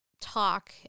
talk